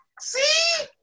See